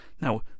Now